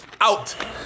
out